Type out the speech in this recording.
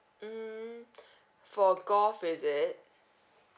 mm for golf is it